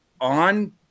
on